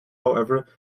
however